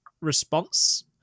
response